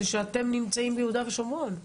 זה שאתם נמצאים ביהודה ושומרון.